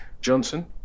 Johnson